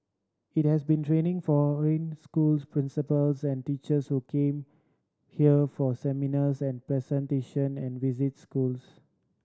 it has been training foreign schools principals and teachers who come here for seminars and presentation and visit schools